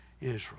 Israel